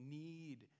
need